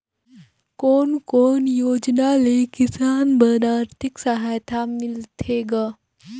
कोन कोन योजना ले किसान बर आरथिक सहायता मिलथे ग?